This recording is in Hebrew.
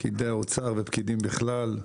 פקידי האוצר ופקידים בכלל.